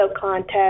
contest